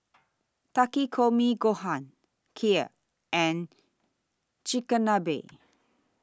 Takikomi Gohan Kheer and Chigenabe